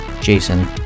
Jason